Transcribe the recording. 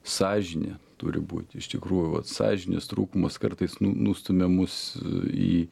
sąžinė turi būt iš tikrųjų vat sąžinės trūkumas kartais nu nustumia mus į